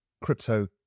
crypto